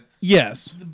Yes